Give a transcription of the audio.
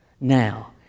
now